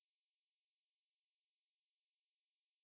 நா கூட அன்னைக்கு ஒரு:naa kooda annaikku oru